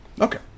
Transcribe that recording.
Okay